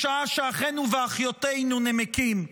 בשעה שאחינו ואחיותינו נמקים.